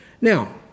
Now